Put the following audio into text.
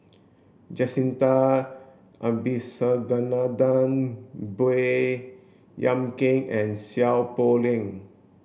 Jacintha Abisheganaden Baey Yam Keng and Seow Poh Leng